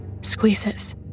Squeezes